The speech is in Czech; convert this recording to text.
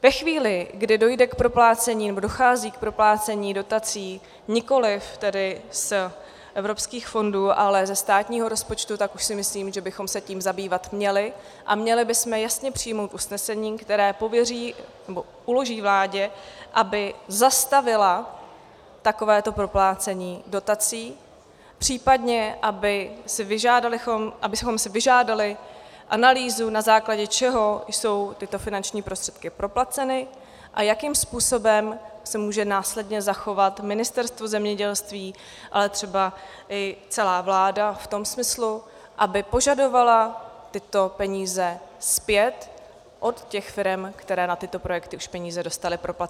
Ve chvíli, kdy dojde k proplácení, nebo dochází k proplácení dotací nikoliv z evropských fondů, ale ze státního rozpočtu, tak už si myslím, že bychom se tím zabývat měli a měli bychom jasně přijmout usnesení, které uloží vládě, aby zastavila takovéto proplácení dotací, případně abychom si vyžádali analýzu, na základě čeho jsou tyto finanční prostředky propláceny a jakým způsobem se může následně zachovat Ministerstvo zemědělství, ale třeba i celá vláda v tom smyslu, aby požadovala tyto peníze zpět od těch firem, které na tyto projekty už peníze dostaly proplaceny.